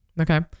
Okay